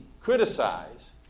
criticize